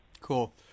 Cool